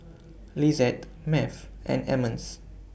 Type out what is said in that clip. Lizeth Math and Emmons